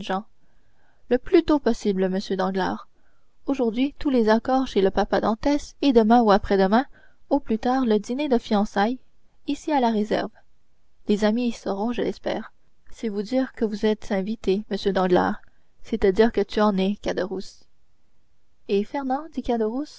le plus tôt possible monsieur danglars aujourd'hui tous les accords chez le papa dantès et demain ou après-demain au plus tard le dîner des fiançailles ici à la réserve les amis y seront je l'espère c'est vous dire que vous êtes invité monsieur danglars c'est te dire que tu en es caderousse et